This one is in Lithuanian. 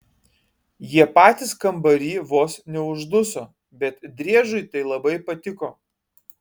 jie patys kambary vos neužduso bet driežui tai labai patiko